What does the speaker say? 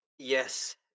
Yes